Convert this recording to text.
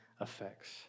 effects